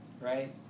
right